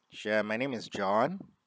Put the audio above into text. sure my name is john